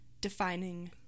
defining